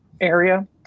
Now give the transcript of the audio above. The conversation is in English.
area